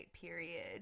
period